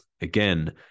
Again